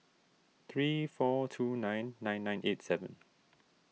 three four two nine nine nine eight seven